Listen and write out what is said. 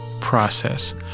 process